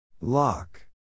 Lock